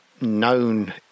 known